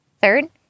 Third